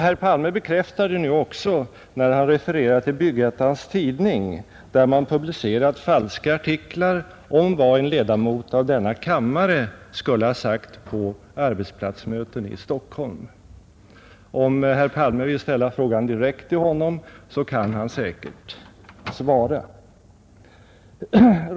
Herr Palme refererade till Bygg-Ettans tidning, där man publicerat falska artiklar om vad en ledamot av denna kammare skulle ha sagt på arbetsplatsmöten i Stockholm. Om herr Palme vill ställa frågan direkt till honom kan han svara.